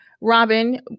Robin